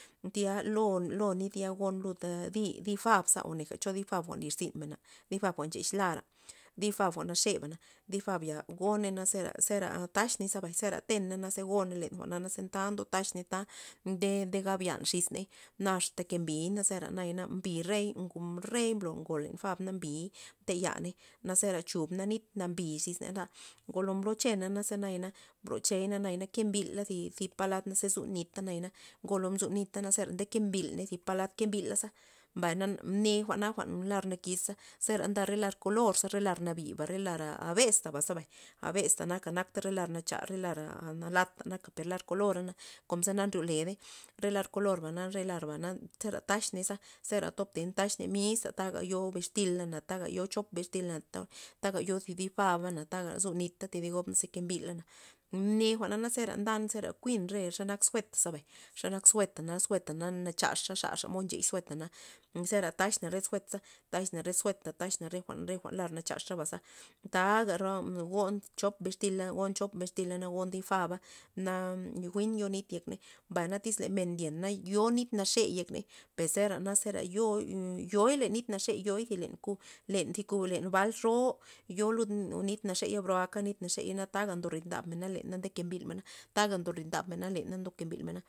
Tya lo- lo nit ya kon lud di'-di' fabza goneja cho di' fab jwa'n nlirzynmena di fab jwa'n nchex lara di' fab jwa'n naxeba, di' fab ya goney zera- zera taxney zera teney naze goney le jwa'na naza ta ndotaxna ta nde gab yaney xis ney na asta ke mbya za nayana mby re rey mblo ngoy len fab na mby teyaney naze chubna nit nambi xis ney ngolo mbloche ney ze nayana mblochey nayana ke mbila zi- zi palad ze zunita ngolo mzunita zera nde kembil ney palad ke mbila za mbay na mne jwa'na lar nakisa zera nda lar kolor ze lar nabiba re lara abesta za abesta naka lar nacha re lara a nalatka ndo lar kolora kon naza nryoledey re lar kolora na re larbana tera tax zebay zera tob tey taxney miska nera yo bistila taga yo chob bixtila anta taga yo thi di' fab taga zunita thi di gob ze kembila mne jwa'na zera ndan zera ku'in re xenak suet bay xenak suet naze sueta nachaxa xa mod nchex sueta na zera taxna re suet ze taxna re suet taxna re jwa'n jwa'n nar naxa zaba taga kon chop bixtila na kon chop bixtila nagon di' faba na jwi'n yo nit yek ney mbay na tyz le men ndyen yo nit naxe yek pues zera yo yo len nit naxe yoi len thi yoi thi ku len thi bal ro yo lud nit naxega broaga nit na ley taga ndo rid ndambena leney nke mblimena taga ndob rid nda lena ndo kembil mena.